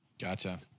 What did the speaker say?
gotcha